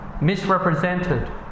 misrepresented